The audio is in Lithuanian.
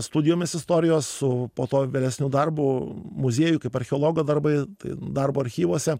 studijomis istorijos su po to vėlesniu darbo muziejuj kaip archeologo darbai darbo archyvuose